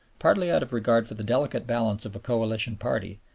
partly out of regard for the delicate balance of a coalition party,